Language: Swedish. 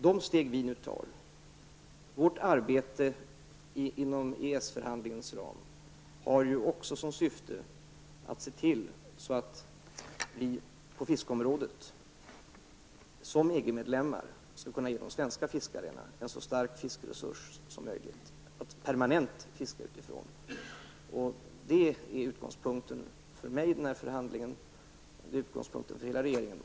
De steg vi nu tar, vårt arbete inom ramen för EES förhandlingarna, har ju också som syfte att se till att vi på fiskeområdet som EG-medlemmar skall kunna ge de svenska fiskarna en så stark fiskeresurs som möjligt att permament fiska utifrån. Det är utgångspunkten för mig i den här förhandlingen, och det är utgångspunkten för hela regeringen.